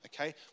okay